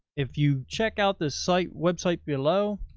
if you check out the site website below,